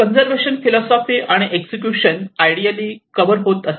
conservation philosophy आणि execution ideally cover होत असे